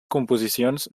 composicions